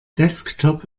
desktop